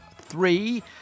three